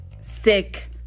sick